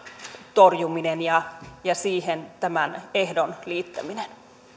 torjuminen ja ja siihen tämän ehdon liittäminen